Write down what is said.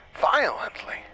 violently